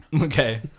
Okay